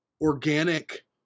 organic